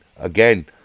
again